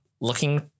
looking